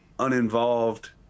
uninvolved